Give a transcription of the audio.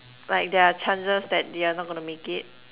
like their chances that they're not going to make it